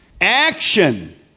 action